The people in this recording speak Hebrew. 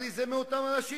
הרי זה מאותם אנשים.